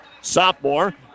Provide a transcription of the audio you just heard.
sophomore